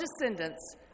descendants